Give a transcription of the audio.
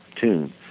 tune